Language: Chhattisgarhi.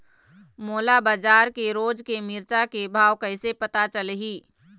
मोला बजार के रोज के मिरचा के भाव कइसे पता चलही?